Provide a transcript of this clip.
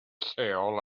lleol